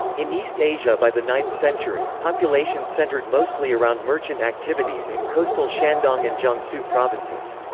in east asia by the ninth century, populations centered mostly around merchant activities in coastal shandong and jiangsu provinces.